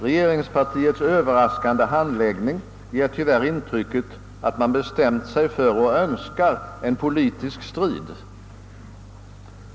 Regeringspartiets överraskande handläggning ger tyvärr intrycket av att man önskar och bestämt sig för en politisk strid.